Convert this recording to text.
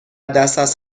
دسترس